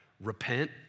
repent